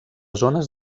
zones